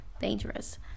dangerous